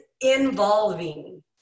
involving